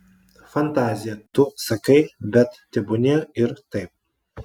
fantazija tu sakai bet tebūnie ir taip